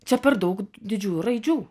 čia per daug didžiųjų raidžių